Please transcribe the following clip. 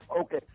Okay